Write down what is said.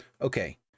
Okay